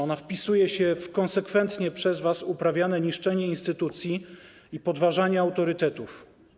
Ona wpisuje się w konsekwentnie przez was uprawiane niszczenie instytucji i podważanie autorytetów.